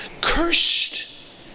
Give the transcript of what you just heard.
cursed